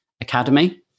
academy